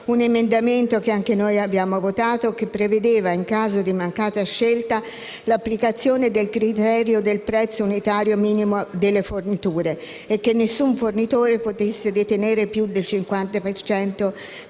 un emendamento, che anche noi abbiamo votato, che prevedeva, in caso di mancata scelta, l'applicazione del criterio del prezzo unitario minimo delle forniture e che nessun fornitore potesse detenere più del 50